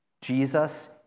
Jesus